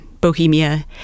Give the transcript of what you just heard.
Bohemia